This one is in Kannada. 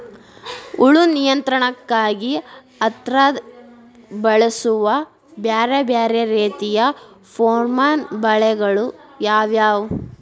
ಹುಳು ನಿಯಂತ್ರಣಕ್ಕಾಗಿ ಹತ್ತ್ಯಾಗ್ ಬಳಸುವ ಬ್ಯಾರೆ ಬ್ಯಾರೆ ರೇತಿಯ ಪೋರ್ಮನ್ ಬಲೆಗಳು ಯಾವ್ಯಾವ್?